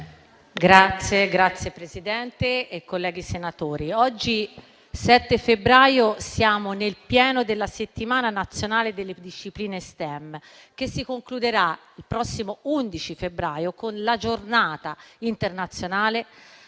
Signor Presidente, colleghi senatori, oggi, 7 febbraio, siamo nel pieno della settimana nazionale delle discipline STEM, che si concluderà il prossimo 11 febbraio con la Giornata internazionale